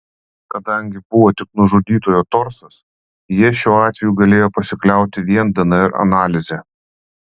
kadangi buvo tik nužudytojo torsas jie šiuo atveju galėjo pasikliauti vien dnr analize